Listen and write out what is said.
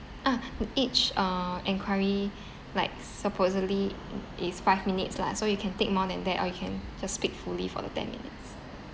ah in each uh enquiry like supposedly it's five minutes lah so you can take more than that or you can just speak fully for the ten minutes